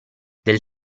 del